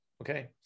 Okay